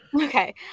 Okay